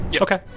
Okay